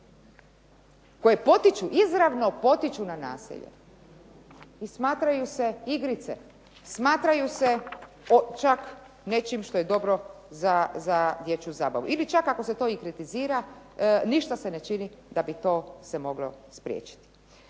koje potiču, izravno potiču na nasilje i smatraju se, igrice, smatraju se čak nečim što je dobro za dječju zabavu. Ili čak ako se to i kritizira ništa se ne čini da bi to se moglo spriječiti.